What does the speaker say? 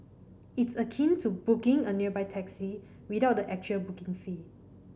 it's akin to 'booking' a nearby taxi without the actual booking fee